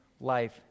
life